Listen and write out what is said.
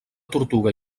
tortuga